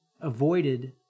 avoided